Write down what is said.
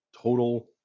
total